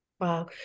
Wow